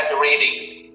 reading